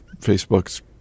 Facebook's